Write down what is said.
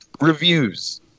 reviews